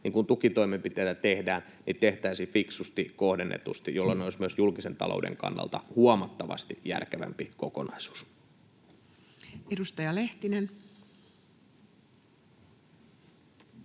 kiihtyy suhteessa edelliseen, niin tehtäisiin fiksusti, kohdennetusti, jolloin ne olisivat myös julkisen talouden kannalta huomattavasti järkevämpi kokonaisuus. [Speech